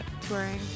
touring